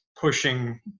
pushing